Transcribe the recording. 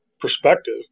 perspective